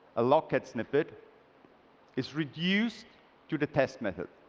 a locket snippet is reduced to the test method.